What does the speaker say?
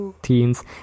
Teens